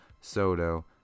Soto